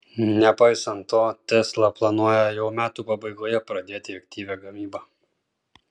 nepaisant to tesla planuoja jau metų pabaigoje pradėti aktyvią gamybą